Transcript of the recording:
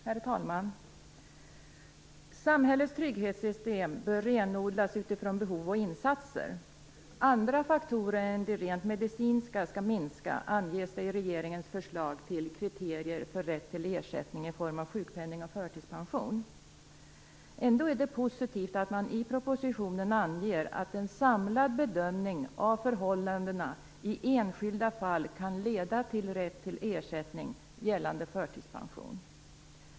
Herr talman! Samhällets trygghetssystem bör renodlas utifrån behov och insatser. Andra faktorer än de rent medicinska skall minska, det anges i regeringens förslag till kriterier för rätt till ersättning i form av sjukpenning och förtidspension. Ändå är det positivt att man i propositionen anger att en samlad bedömning av förhållandena i enskilda fall kan leda till rätt till ersättning när det gäller förtidspension.